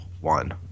one